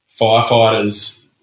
firefighters